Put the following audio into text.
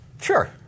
Sure